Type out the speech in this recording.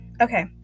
okay